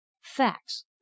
facts